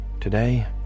today